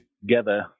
together